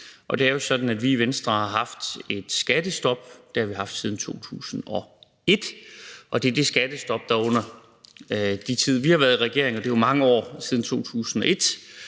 Det er jo sådan, at vi i Venstre har haft politik om et skattestop. Det har vi haft siden 2001, og det er det skattestop, der under den tid, vi har været i regeringer – og det er jo mange år siden 2001